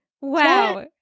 Wow